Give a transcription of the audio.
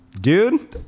Dude